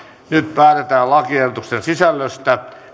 nyt päätetään lakiehdotusten sisällöstä